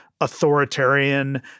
authoritarian